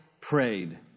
prayed